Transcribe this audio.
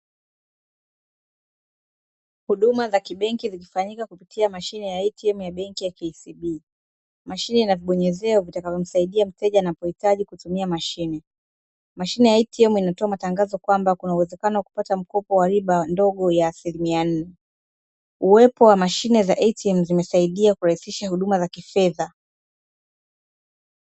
Huduma za kibenki zikifanyika kupitia mashine ya "ATM" ya "kcb", mashine Ina vibonyezeo vitakavyomsaidia mteja anapohitaji kutumia mashine . Mashine ya "ATM" inatoka matangazo kwamba uwezekano wa kupata mkopo kwa kutumia riba ndogo ya asilimia nne , uwepo wa mashine za "ATM" inasaidia kurahisisha huduma za kifedha .